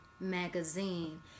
magazine